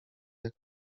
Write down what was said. jak